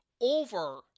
over